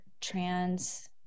trans